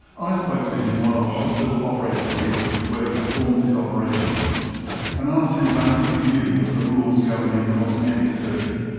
i spoke to him in one of the hospital operating theatres where he performs his operations and asked him about his view of the rules governing cosmetic surgery.